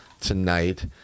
tonight